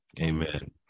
amen